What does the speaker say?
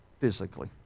physically